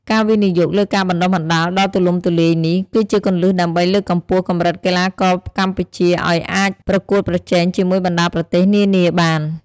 ការវិនិយោគលើការបណ្តុះបណ្តាលដ៏ទូលំទូលាយនេះ គឺជាគន្លឹះដើម្បីលើកកម្ពស់កម្រិតកីឡាករកម្ពុជាឲ្យអាចប្រកួតប្រជែងជាមួយបណ្តាប្រទេសនានាបាន។